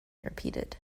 repeated